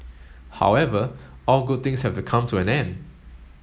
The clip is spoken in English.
however all good things have to come to an end